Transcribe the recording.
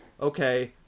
okay